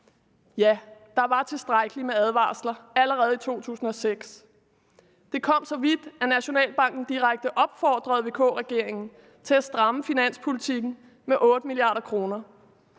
Ja, der var tilstrækkeligt med advarsler allerede i 2006. Det kom så vidt, at Nationalbanken direkte opfordrede VK-regeringen til at stramme finanspolitikken med 8 mia. kr.,